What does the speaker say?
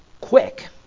quick